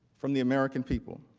from the american people.